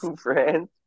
friends